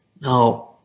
Now